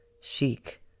chic